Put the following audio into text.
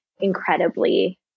incredibly